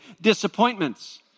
disappointments